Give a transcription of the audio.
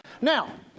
Now